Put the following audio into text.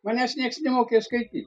manęs nieks nemokė skaityt